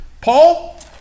Paul